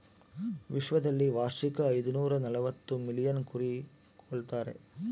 ವಿಶ್ವದಲ್ಲಿ ವಾರ್ಷಿಕ ಐದುನೂರನಲವತ್ತು ಮಿಲಿಯನ್ ಕುರಿ ಕೊಲ್ತಾರೆ